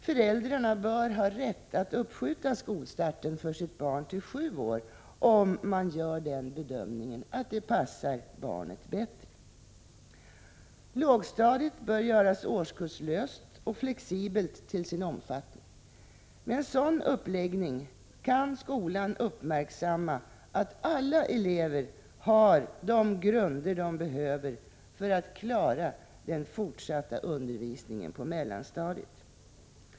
Föräldrarna bör ha rätt att uppskjuta skolstarten för sitt barn till sju år om man gör bedömningen att det passar barnet bättre. Lågstadiet bör göras årskurslöst och flexibelt till sin omfattning. Med en sådan uppläggning kan skolan uppmärksamma att alla elever har de grunder de behöver för att klara den fortsatta undervisningen på mellanstadiet.